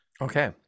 Okay